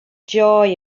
joy